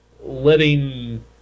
letting